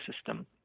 system